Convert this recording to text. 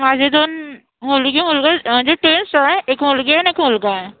माझे दोन मुलगी मुलगा आहे म्हणजे ट्विन्स आहे एक मुलगी आहे नं एक मुलगा आहे